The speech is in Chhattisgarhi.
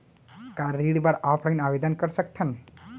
का ऋण बर ऑफलाइन आवेदन कर सकथन?